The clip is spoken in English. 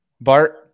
Bart